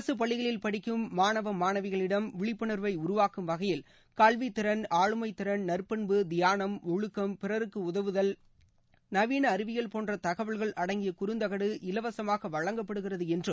அரசு பள்ளிகளில் படிக்கும் மாணவ மாணவிகளிடம் விழிப்புணா்வை உருவாக்கும் வகையில் கல்வித்திறன் ஆளுமை திறன் நற்பண்பு திபானம் ஒழுக்கம் பிறருக்கு உதவுதல் நவீன அறிவியல் போன்ற தகவல்கள் அடங்கிய குறந்தகடு இலவசமாக வழங்கப்படுகிறது என்றும்